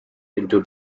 into